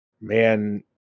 man